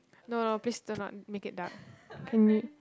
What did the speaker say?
no no please do not make it dark can you